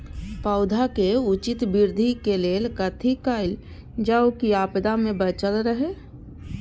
पौधा के उचित वृद्धि के लेल कथि कायल जाओ की आपदा में बचल रहे?